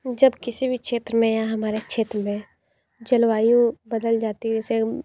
जब किसी भी क्षेत्र में या हमारा क्षेत्र में जलवायु बदल जाती है जैसे